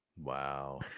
Wow